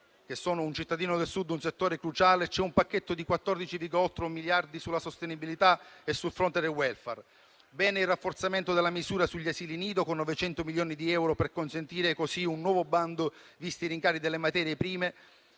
chi come me cittadino del Sud - è un settore cruciale, c'è un pacchetto di 14,8 miliardi sulla sostenibilità e sul fronte del *welfare.* Positivo il rafforzamento della misura sugli asili nido, con 900 milioni di euro per consentire un nuovo bando, visti i rincari delle materie prime,